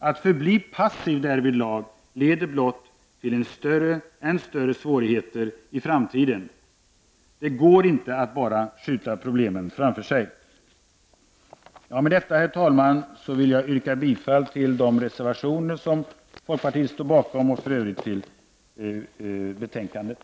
Att förbli passiv därvidlag leder blott till än större svårigheter i framtiden. Det går inte att bara skjuta problemen framför sig. Herr talman! Med det anförda vill jag yrka bifall till de reservationer som folkpartiet står bakom och i övrigt till utskottets hemställan.